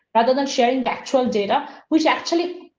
rather than sharing actual data, which actually.